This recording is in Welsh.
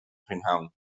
prynhawn